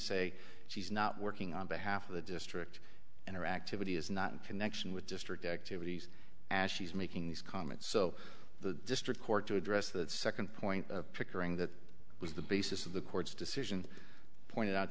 say she's not working on behalf of the district and her activity is not in connection with district activities as she's making these comments so the district court to address that second point pickering that was the basis of the court's decision pointed out